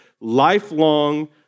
Lifelong